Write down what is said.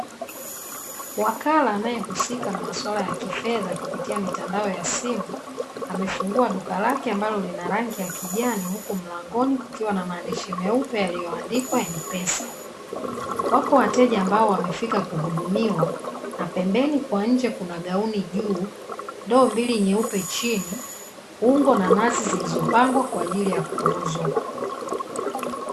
Wakala anaehusika na maswala ya kifedha kupitia mitandao ya simu amefungua duka lake ambalo lina rangi ya kijani huku mlangoni kukiwa na maandishi meupe yaliyoandikwa m-pesa wapo wateja ambao wamefika kwaajili ya kuhudumiwa na pembeni kwa nje kuna gauni juu, ndoo mbili nyeupe chini na nazi zilizopangwa kwaajili ya kuuzwa.